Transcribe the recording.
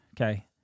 okay